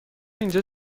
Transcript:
اینجا